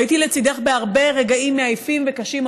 והייתי לצידך בהרבה רגעים מעייפים וקשים,